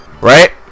right